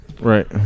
Right